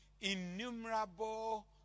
innumerable